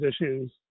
issues